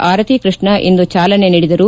ಆರತಿ ಕೈಷ್ಣ ಇಂದು ಚಾಲನೆ ನೀಡಿದರು